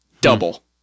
Double